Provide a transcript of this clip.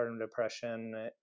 depression